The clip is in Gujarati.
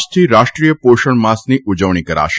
આજથી રાષ્ટ્રીય પોષણ માસની ઉજવણી કરાશે